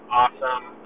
awesome